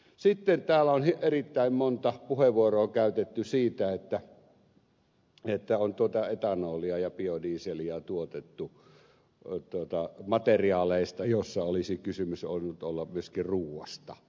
sitten täällä on erittäin monta puheenvuoroa käytetty siitä että etanolia ja biodieseliä on tuotettu materiaaleista joissa olisi kysymys voinut olla myöskin ruuasta